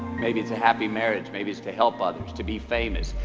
maybe it's a happy marriage. maybe it's to help others to be famous,